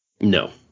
No